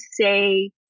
say